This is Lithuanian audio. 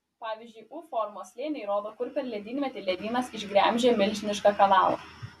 pavyzdžiui u formos slėniai rodo kur per ledynmetį ledynas išgremžė milžinišką kanalą